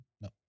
No